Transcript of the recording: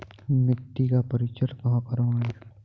मिट्टी का परीक्षण कहाँ करवाएँ?